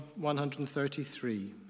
133